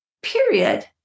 Period